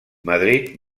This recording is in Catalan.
madrid